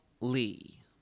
Lee